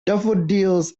daffodils